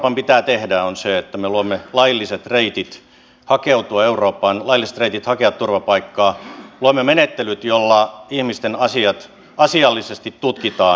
euroopan pitää tehdä se että me luomme lailliset reitit hakeutua eurooppaan lailliset reitit hakea turvapaikkaa luomme menettelyt joilla ihmisten asiat asiallisesti tutkitaan